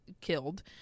killed